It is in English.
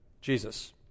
Jesus